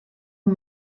une